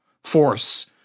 force